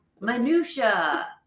Minutia